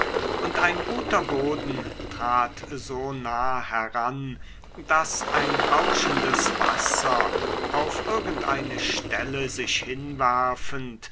und ein guter boden trat so nah heran daß ein rauschendes wasser auf irgendeine stelle sich hinwerfend